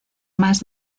más